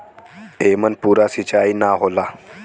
एमन पूरा सींचाई ना होला